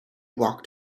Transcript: walked